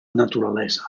naturalesa